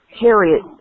Harriet